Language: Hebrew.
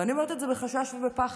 ואני אומרת את זה בחשש ובפחד